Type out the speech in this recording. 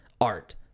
art